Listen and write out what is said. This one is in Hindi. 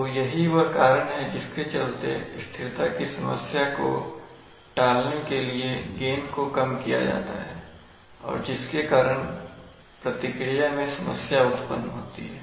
तो यही वह कारण है जिसके चलते स्थिरता की समस्या को टालने के लिए गेन को कम किया जाता है और जिसके कारण प्रतिक्रिया में समस्या उत्पन्न होती है